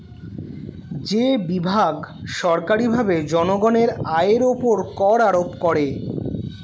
যে বিভাগ সরকারীভাবে জনগণের আয়ের উপর কর আরোপ করে